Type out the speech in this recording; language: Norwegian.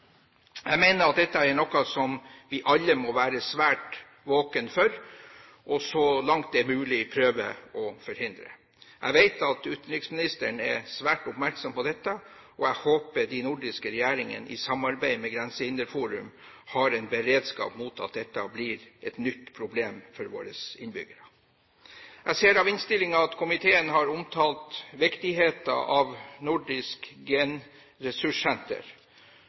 Jeg mener at dette er noe som vi alle må være svært våkne for og så langt det er mulig, prøve å forhindre. Jeg vet at utenriksministeren er svært oppmerksom på dette, og jeg håper at de nordiske regjeringene i samarbeid med Grensehinderforum har en beredskap for at dette ikke blir et nytt problem for våre innbyggere. Jeg ser av innstillingen at komiteen har omtalt viktigheten av Nordisk genressurssenter,